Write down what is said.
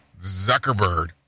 Zuckerberg